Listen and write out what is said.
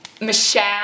Michelle